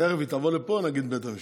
תכף, היא תבוא לפה, נגיד בית המשפט.